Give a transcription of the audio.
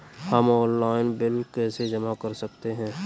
हम online bill कैसे जमा कर सकते हैं?